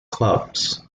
clubs